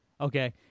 Okay